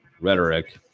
rhetoric